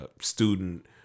student